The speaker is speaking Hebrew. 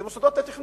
זה מוסדות התכנון.